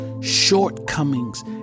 shortcomings